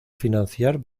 financiar